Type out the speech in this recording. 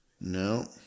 No